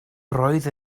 roedd